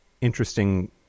interesting